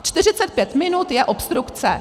Čtyřicet pět minut je obstrukce.